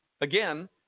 again